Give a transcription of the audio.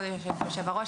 כבוד היושב-ראש,